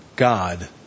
God